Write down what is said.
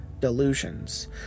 delusions